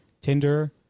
Tinder